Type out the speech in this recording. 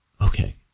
okay